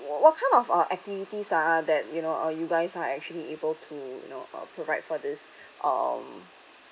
what kind of uh activities ah that you know uh you guys are actually able to you know uh provide for this um